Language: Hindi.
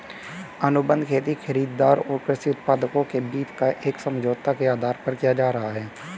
अनुबंध खेती खरीदार और कृषि उत्पादकों के बीच एक समझौते के आधार पर किया जा रहा है